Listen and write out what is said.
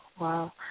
wow